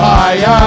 Fire